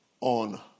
on